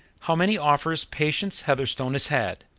how many offers patience heatherstone has had,